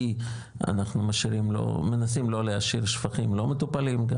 כי אנחנו משאירים לא מנסים לא להשאיר שפכים לא מטופלים גם